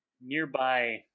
nearby